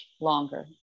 longer